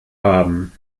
haben